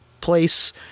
place